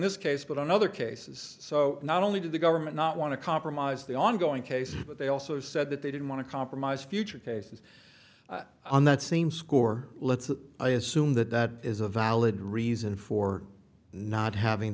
this case but in other cases so not only did the government not want to compromise the ongoing case but they also said that they didn't want to compromise future cases on that same score let's assume that that is a valid reason for not having